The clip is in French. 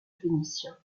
phénicien